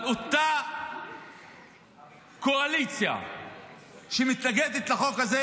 אבל אותה קואליציה שמתנגדת לחוק הזה,